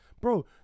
bro